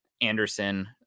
Anderson